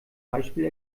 beispiel